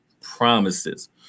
Promises